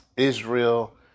Israel